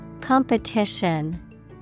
Competition